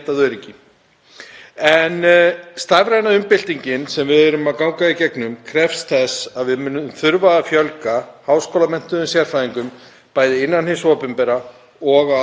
bæði innan hins opinbera og á almennum vinnumarkaði. Við þurfum að skapa tækifæri fyrir þessa sérfræðinga á almennum vinnumarkaði til að afla sér verkefna, ekki bara úr jötu ríkisins heldur um allan heim.